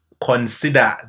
consider